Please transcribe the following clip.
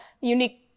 unique